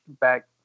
back